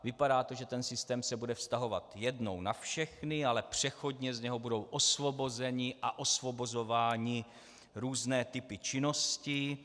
Vypadá to, že systém se bude vztahovat jednou na všechny, ale přechodně z něho budou osvobozeny a osvobozovány různé typy činností.